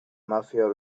mafia